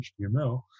HTML